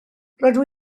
rydw